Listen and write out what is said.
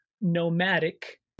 Nomadic